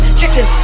chicken